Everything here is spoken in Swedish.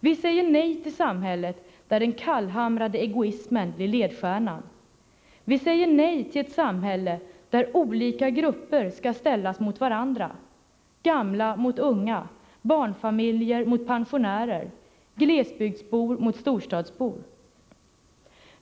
Vi säger nej till samhället där den kallhamrade egoismen blir ledstjärnan. Vi säger nej till ett samhälle där olika grupper skall ställas mot varandra: gamla mot unga, barnfamiljer mot pensionärer, glesbygdsbor mot storstadsbor.